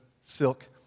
silk